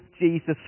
Jesus